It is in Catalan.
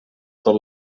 tot